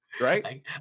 Right